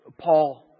Paul